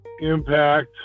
Impact